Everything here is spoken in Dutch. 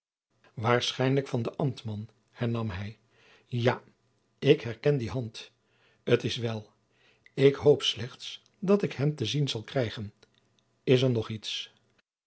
waarschijnlijk van den ambtman hernam hij ja ik herken die hand t is wel ik hoop slechts dat ik hem te zien zal krijgen is er nog iets